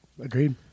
agreed